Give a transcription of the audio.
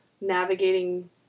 navigating